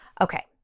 Okay